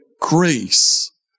grace